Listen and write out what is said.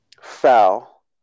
Foul